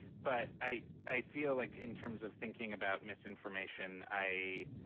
but i i feel like, in terms of thinking about misinformation, i